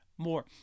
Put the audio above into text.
More